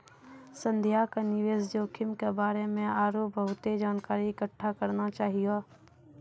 संध्या के निवेश जोखिम के बारे मे आरु बहुते जानकारी इकट्ठा करना चाहियो